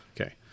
Okay